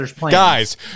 Guys